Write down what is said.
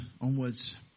onwards